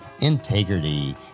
integrity